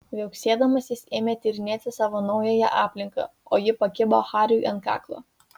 viauksėdamas jis ėmė tyrinėti savo naująją aplinką o ji pakibo hariui ant kaklo